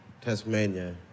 Tasmania